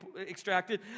extracted